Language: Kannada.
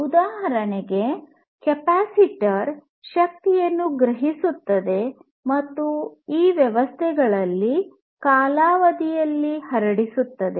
ಉದಾಹರಣೆಗೆ ಕೆಪಾಸಿಟರ್ ಶಕ್ತಿಯನ್ನು ಸಂಗ್ರಹಿಸುತ್ತದೆ ಮತ್ತು ಈ ವ್ಯವಸ್ಥೆಗಳಲ್ಲಿ ಕಾಲಾವಧಿಯಲ್ಲಿ ಹರಡಿಸುತ್ತದೆ